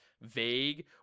vague